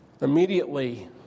Immediately